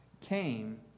came